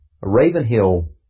Ravenhill